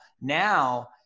Now